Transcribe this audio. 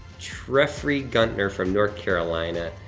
trefrey guntner from north carolina,